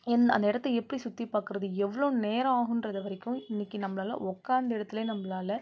எந் அந்த இடத்த எப்படி சுற்றிப்பாக்குறது எவ்வளோ நேரம் ஆகுன்றதை வரைக்கும் இன்றைக்கு நம்மளால் உக்காந்த இடத்துலே நம்மளால்